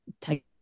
take